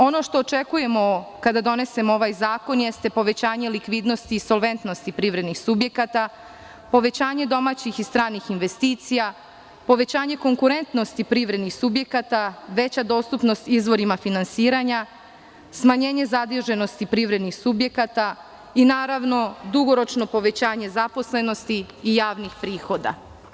Ono što očekujemo kada donesemo ovaj zakon jeste povećanje likvidnosti, solventnosti privrednih subjekata, povećanje domaćih i stranih investicija, povećanje konkurentnosti privrednih subjekata, veća dostupnost izvorima finansiranja, smanjenje zaduženosti privrednih subjekata i naravno dugoročno povećanje zaposlenosti i javnih prihoda.